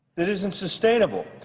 that isn't sustainable.